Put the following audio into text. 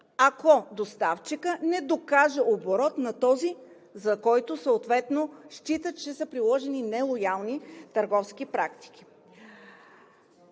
ако доставчикът не докаже оборот на този, за който съответно счита, че са приложени нелоялни търговски практики.